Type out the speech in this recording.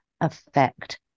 affect